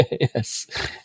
Yes